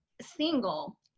single